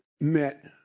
met